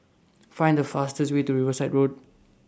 Find The fastest Way to Riverside Road